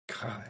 God